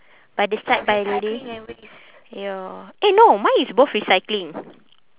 by the side by a lady ya eh no mine is both recycling